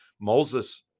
Moses